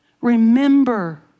Remember